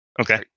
Okay